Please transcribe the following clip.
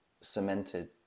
cemented